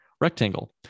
rectangle